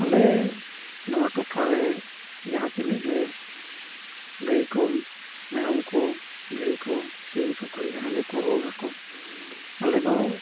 ᱟᱞᱮ ᱱᱚᱣᱟ ᱴᱚᱴᱷᱟ ᱨᱮ ᱡᱟᱦᱟᱸ ᱛᱤᱱᱟᱹᱜ ᱜᱮ ᱜᱟᱹᱭ ᱠᱚ ᱢᱮᱨᱚᱢ ᱠᱚ ᱵᱷᱤᱲᱤ ᱠᱚ ᱥᱤᱢ ᱥᱩᱠᱨᱤ ᱡᱟᱦᱟᱸ ᱜᱮᱠᱚ ᱨᱩᱣᱟᱹᱜ ᱟᱠᱚ ᱟᱞᱮ ᱫᱚ